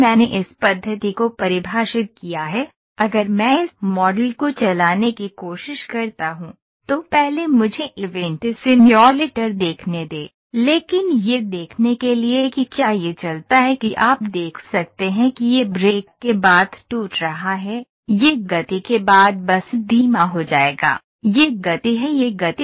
मैंने इस पद्धति को परिभाषित किया है अगर मैं इस मॉडल को चलाने की कोशिश करता हूं तो पहले मुझे इवेंट सिम्युलेटर देखने दें लेकिन यह देखने के लिए कि क्या यह चलता है कि आप देख सकते हैं कि यह ब्रेक के बाद टूट रहा है यह गति के बाद बस धीमा हो जाएगा यह गति है यह गति